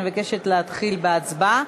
אני מבקשת להתחיל בהצבעה.